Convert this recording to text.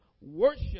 worship